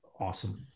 awesome